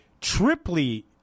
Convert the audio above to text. triply